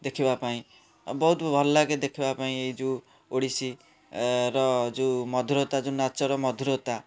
ଦେଖିବା ପାଇଁ ବହୁତ ଭଲ ଲାଗେ ଦେଖିବା ପାଇଁ ଏଇ ଯେଉଁ ଓଡ଼ିଶୀ ର ଯେଉଁ ମଧୁରତା ଯେଉଁ ନାଚର ମଧୁରତା